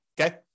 okay